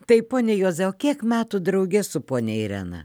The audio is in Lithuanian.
taip pone juozai o kiek metų drauge su ponia irena